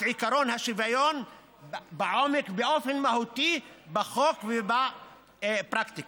עקרון השוויון בעומק באופן מהותי בחוק ובפרקטיקה.